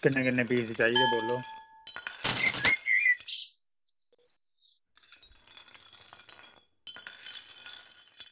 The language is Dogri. किन्ने किन्ने पीस चाहिदे बोल्लो